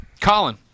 Colin